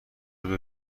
بیا